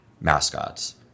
mascots